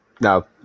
No